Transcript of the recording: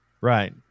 Right